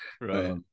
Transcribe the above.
right